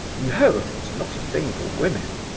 no, it's not a thing for women.